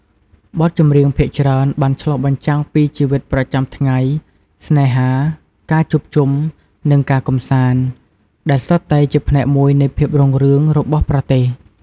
បទចម្រៀងភាគច្រើន បានឆ្លុះបញ្ចាំងពីជីវិតប្រចាំថ្ងៃ ស្នេហា ការជួបជុំ និងការកម្សាន្ត ដែលសុទ្ធតែជាផ្នែកមួយនៃភាពរុងរឿងរបស់ប្រទេស។